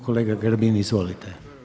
Kolega Grbin izvolite.